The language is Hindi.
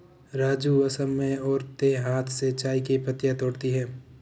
राजू असम में औरतें हाथ से चाय की पत्तियां तोड़ती है